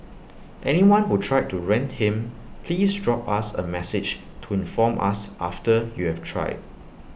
anyone who tried to rent him please drop us A message to inform us after you've tried